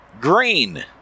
green